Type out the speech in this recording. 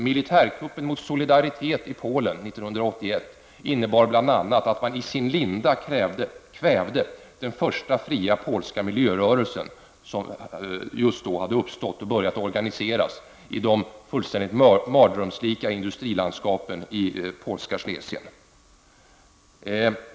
Militärkuppen mot Solidaritet i Polen 1981 innebar bl.a. att man i dess linda kvävde den första fria polska miljörörelsen, som just då hade uppstått och börjat organiseras i de fullständigt mardrömslika industrilandskapen i det polska Schlesien.